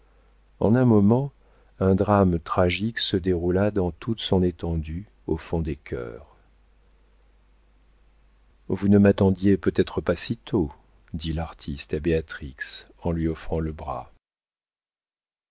en un moment un drame tragique se déroula dans toute son étendue au fond des cœurs vous ne m'attendiez peut-être pas sitôt dit l'artiste à béatrix en lui offrant le bras